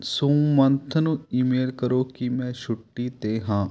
ਸੁਮੰਥ ਨੂੰ ਈਮੇਲ ਕਰੋ ਕਿ ਮੈਂ ਛੁੱਟੀ 'ਤੇ ਹਾਂ